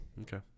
Okay